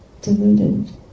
deluded